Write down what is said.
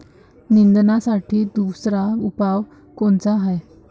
निंदनासाठी दुसरा उपाव कोनचा हाये?